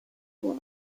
want